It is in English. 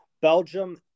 Belgium